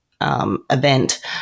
event